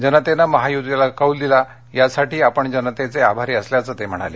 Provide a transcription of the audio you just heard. जनतेनं महायुतीला कौल दिला यासाठी जनतेचा आभारी असल्याचं ते म्हणाले